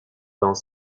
dans